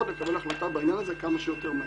לקבל החלטה בעניין הזה כמה שיותר מהר.